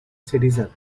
citizen